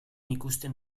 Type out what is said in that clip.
ikusten